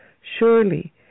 Surely